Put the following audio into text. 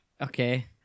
Okay